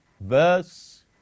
verse